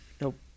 Nope